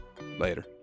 later